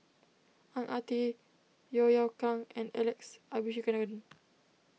Ang Ah Tee Yeo Yeow Kwang and Alex Abisheganaden